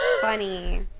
funny